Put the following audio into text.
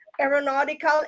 aeronautical